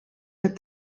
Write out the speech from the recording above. der